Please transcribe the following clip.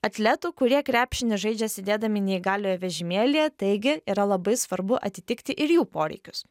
atletų kurie krepšinį žaidžia sėdėdami neįgaliojo vežimėlyje taigi yra labai svarbu atitikti ir jų poreikius